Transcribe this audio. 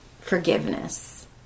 forgiveness